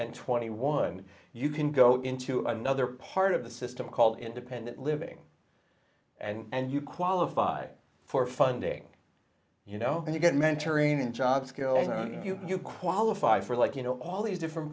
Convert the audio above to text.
and twenty one you can go into another part of the system call independent living and you qualify for funding you know and you get mentoring in job skills you qualify for like you know all these different